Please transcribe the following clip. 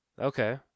Okay